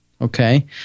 Okay